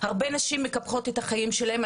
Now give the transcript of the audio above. הרבה נשים מקפחות את החיים שלהם,